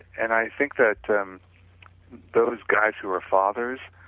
and i think that um those guys who are fathers,